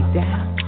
down